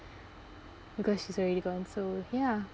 because she's already gone so ya